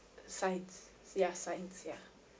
science ya science ya